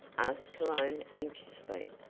asked cologne anxiously.